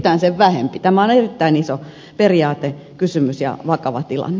tämä on erittäin iso periaatekysymys ja vakava tilanne